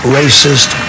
racist